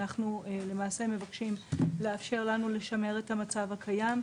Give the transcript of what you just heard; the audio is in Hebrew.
אנחנו למעשה מבקשים לאפשר לנו לשמר את המצב כיום,